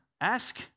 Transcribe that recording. Ask